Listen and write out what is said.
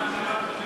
חושב